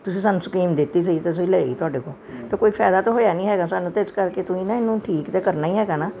ਤੁਸੀਂ ਸਾਨੂੰ ਸਕੀਮ ਦਿੱਤੀ ਸੀ ਅਤੇ ਅਸੀਂ ਲਈ ਤੁਹਾਡੇ ਕੋਲੋਂ ਅਤੇ ਕੋਈ ਫ਼ਾਇਦਾ ਤਾਂ ਹੋਇਆ ਨਹੀਂ ਹੈਗਾ ਸਾਨੂੰ ਤੇ ਇਸ ਕਰਕੇ ਤੁਸੀਂ ਨਾ ਇਹਨੂੰ ਠੀਕ ਤਾਂ ਕਰਨਾ ਹੀ ਹੈਗਾ ਨਾ